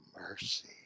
mercy